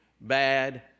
bad